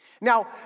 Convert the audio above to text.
Now